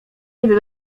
kiedy